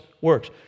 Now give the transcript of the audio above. works